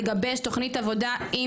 לגבש תוכנית עבודה עם